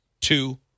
two